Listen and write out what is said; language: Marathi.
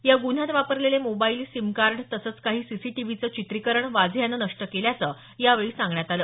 या गुन्ह्यात वापरलेले मोबाईल सिम कार्ड तसंच काही सीसीटीव्हीचं चित्रीकरण वाझे याने नष्ट केल्याचं यावेळी सांगण्यात आलं